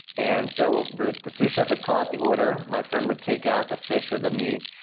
and so, the the sous-chef would call out the order, my friend would take out the fish or the meat,